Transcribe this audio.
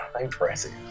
impressive